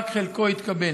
רק חלקו התקבל.